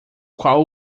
qual